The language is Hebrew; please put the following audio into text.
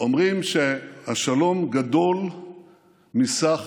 אומרים שהשלם גדול מסך